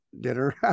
dinner